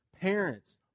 parents